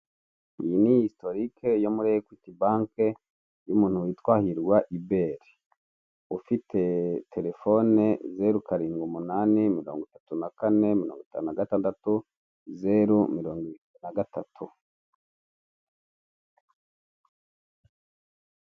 Iyi ni hisitorike yo muri ekwiti banke y'umuntu witwa Hirwa Hubert ufite telefone zeru ,karindwi ,umunani mirongo itatu na kane, mirongo itanu na gatandatu, zeru, mirongo itatu na gatatu.